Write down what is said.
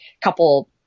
couple